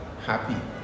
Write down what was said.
happy